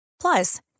Plus